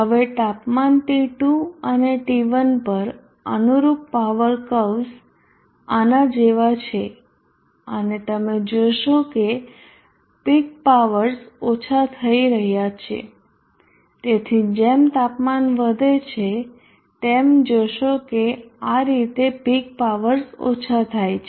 હવે તાપમાન T2 અને T1 પર અનુરૂપ પાવર કર્વ્સ આના જેવા છે અને તમે જોશો કે પીક પાવર્સ ઓછા થઈ રહ્યા છે તેથી જેમ તાપમાન વધે છે તમે જોશો કે આ રીતે પીક પાવર્સ ઓછા થાય છે